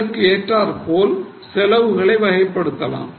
இதற்கு ஏற்றாற்போல் செலவுகளை வகைப்படுத்தலாம்